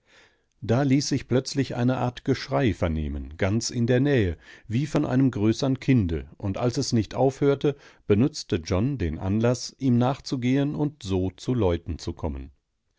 da ließ sich plötzlich eine art geschrei vernehmen ganz in der nähe wie von einem größeren kinde und als es nicht aufhörte benutzte john den anlaß ihm nachzugehen und so zu leuten zu kommen